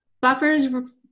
Buffers